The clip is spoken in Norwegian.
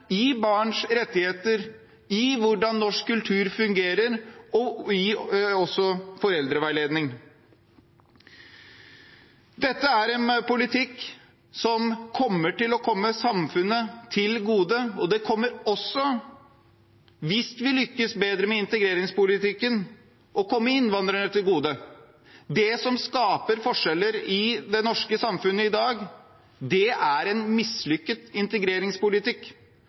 foreldreveiledning. Dette er en politikk som kommer til å komme samfunnet til gode, og det kommer også – hvis vi lykkes bedre med integreringspolitikken – til å komme innvandrerne til gode. Det som skaper forskjeller i det norske samfunnet i dag, er en mislykket integreringspolitikk,